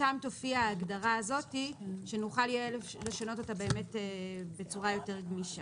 שם תופיע ההגדרה הזאת כדי שבאמת נוכל לשנות אותה בצורה יותר גמישה.